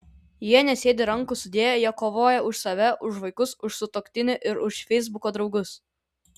jie nesėdi rankų sudėję jie kovoja už save už vaikus už sutuoktinį ir už feisbuko draugus